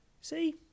See